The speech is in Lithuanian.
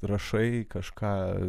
rašai kažką